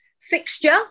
Fixture